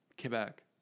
Quebec